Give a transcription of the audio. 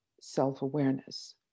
self-awareness